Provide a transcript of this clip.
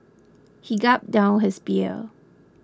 he gulped down his beer